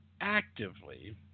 actively